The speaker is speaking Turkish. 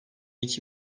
iki